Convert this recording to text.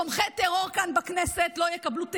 תומכי טרור כאן בכנסת לא יקבלו תהילה.